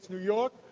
new york,